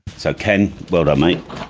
so ken well done mate.